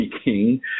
speaking